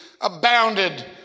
abounded